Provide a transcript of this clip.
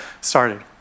started